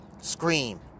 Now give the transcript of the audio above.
scream